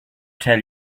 tell